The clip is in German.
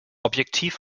objektiv